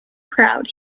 crowd